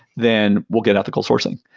then we'll get ethical sourcing.